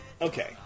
okay